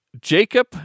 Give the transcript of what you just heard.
Jacob